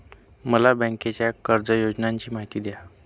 मला बँकेच्या कर्ज योजनांची माहिती द्या